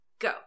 go